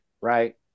right